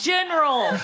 General